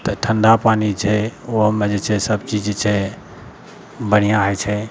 तऽ ठण्डा पानि छै ओहोमे जे छै सब चीज जे छै बढ़ियाँ होइ छै